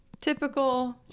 Typical